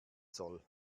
soll